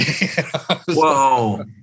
Whoa